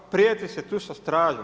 Prijeti se tu sa stražom.